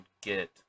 get